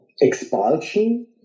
expulsion